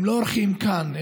הם לא אורחים כאן,